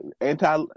anti